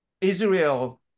Israel